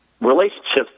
relationships